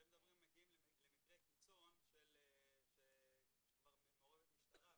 אתם מגיעים למקרה קיצון שכבר מעורבת משטרה.